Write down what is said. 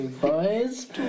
boys